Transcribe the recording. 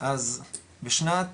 אז בשנת